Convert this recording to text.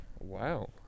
Wow